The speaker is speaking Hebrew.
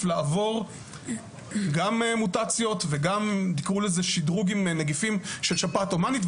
לעבור מוטציות ושדרוג עם נגיפית של שפעת הומנית,